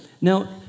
Now